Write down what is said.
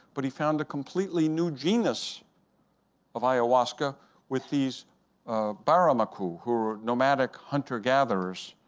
but he found a completely new genus of ayahuasca with these bara maku, who were nomadic hunter gatherers.